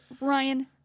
ryan